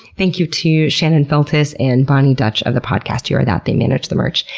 thank you to shannon feltus and boni dutch of the podcast you are that, they manage the merch.